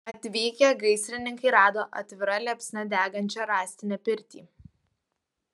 atvykę gaisrininkai rado atvira liepsna degančią rąstinę pirtį